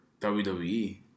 WWE